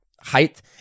height